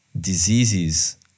diseases